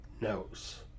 knows